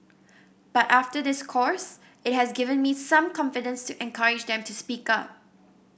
but after this course it has given me some confidence to encourage them to speak up